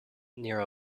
near